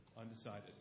undecided